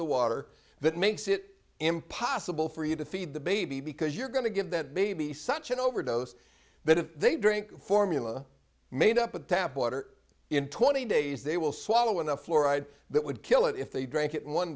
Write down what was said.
the water that makes it impossible for you to feed the baby because you're going to give that baby such an overdose that if they drink formula made up of tap water in twenty days they will swallow enough fluoride that would kill it if they drank it one